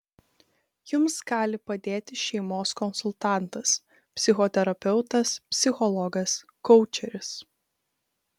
jums gali padėti šeimos konsultantas psichoterapeutas psichologas koučeris